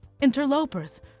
interlopers